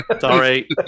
Sorry